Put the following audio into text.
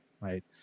right